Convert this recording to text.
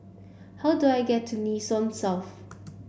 how do I get to Nee Soon South